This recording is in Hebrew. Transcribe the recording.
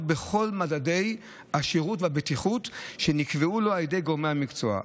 בכל מדדי השירות והבטיחות שנקבעו לו על ידי גורמי המקצוע.